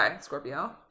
Scorpio